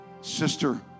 Sister